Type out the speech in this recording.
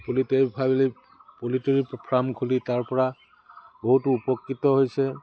poultry poultry farm খুলি তাৰপৰা বহুতো উপকৃত হৈছে